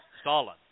Stalin